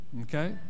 Okay